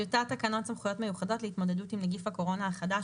טיוטת תקנות סמכויות מיוחדות להתמודדות עם נגיף הקורונה החדש